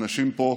אנשים פה,